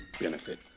benefit